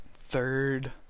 third